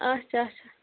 اَچھا اَچھا